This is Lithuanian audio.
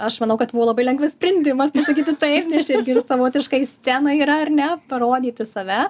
aš manau kad buvo labai lengvas sprendimas pasakyti taip irgi savotiškai scena yra ar ne parodyti save